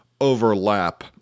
overlap